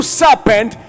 serpent